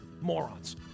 Morons